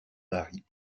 mari